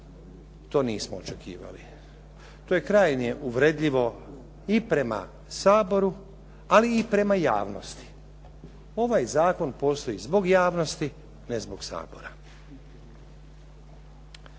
to nismo očekivali. To je krajnje uvredljivo i prema Saboru ali i prema javnosti. ovaj zakon postoji zbog javnosti, ne zbog Sabora.